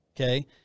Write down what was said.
Okay